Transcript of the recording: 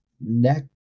Next